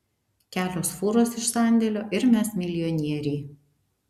kelios fūros iš sandėlio ir mes milijonieriai